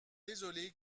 désolé